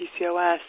PCOS